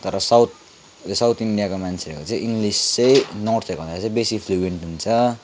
तर south south इन्डियाको मान्छेहरूको चाहिँ इङ्गलिस चाहिँ नर्थहरूको भन्दा चाहिँ बेसी फ्लुएन्ट हुन्छ